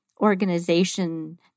organization